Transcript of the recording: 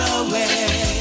away